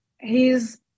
hes